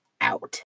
out